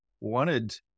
wanted